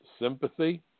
sympathy